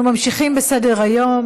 14 בעד,